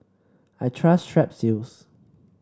I trust Strepsils